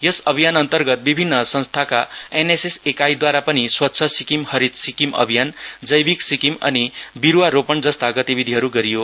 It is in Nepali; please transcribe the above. यस अभियान अन्तर्गत विभिन्न संस्थानका एनएसएस एकाईदवारा पनि स्वच्छ सिक्किम हरित सिक्किम अभियान जैविक सिक्किम अनि विरूवा रोपण जस्ता गतिविधिहरू गरियो